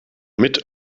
mit